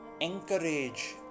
encourage